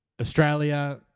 Australia